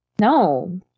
No